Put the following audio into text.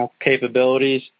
capabilities